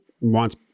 wants